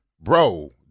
Bro